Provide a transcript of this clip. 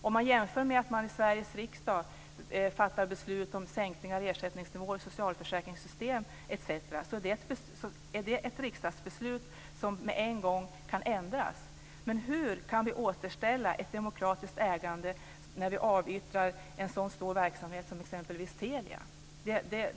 Om man jämför med att man i Sveriges riksdag fattar beslut om sänkningar av ersättningsnivåer i socialförsäkringssystem etc. så är det ett riksdagsbeslut som med en gång kan ändras. Men hur kan vi återställa ett demokratiskt ägande när vi avyttrar en så stor verksamhet som exempelvis Telia?